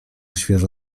świeżo